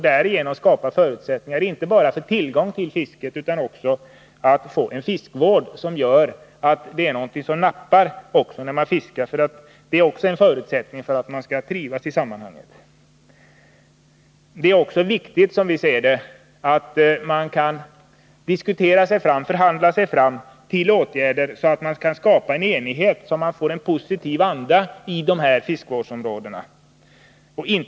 Därigenom kan man också skapa förutsättningar för fiskevård, så att det är någonting som nappar när man fiskar. Det är ju ett villkor för att man skall trivas i sammanhanget. Det är, som vi ser det, också viktigt att man kan diskutera och förhandla sig fram till åtgärder, så att det skapas enighet och inte motsättningar och man får en positiv anda i fiskevårdsområdena.